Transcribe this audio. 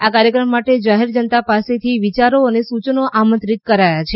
આ કાર્યક્રમ માટે જાહેર જનતા પાસેથી વિચારો અને સૂચનો આમંત્રિત કર્યા છે